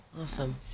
Awesome